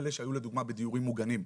אלה שהיו לדוגמה בדיורים מוגנים,